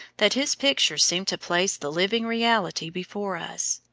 that his pictures seem to place the living reality before us.